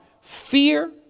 fear